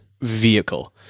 vehicle